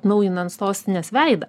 naujinant sostinės veidą